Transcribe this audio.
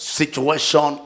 situation